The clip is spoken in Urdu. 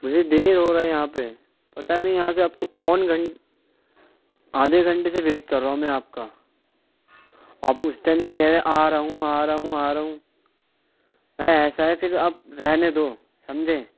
مجھے دیر ہو رہا ہے یہاں پہ پتہ بھی ہے یہاں سے آپ کو پون گھنٹہ آدھے گھنٹے سے ویٹ کر رہا ہوں میں آپ کا آپ اس ٹائم سے کہہ رہے ہیں آ رہا ہوں آ رہا ہوں آ رہا ہوں بھائی ایسا ہے پھر آپ رہنے دو سمجھے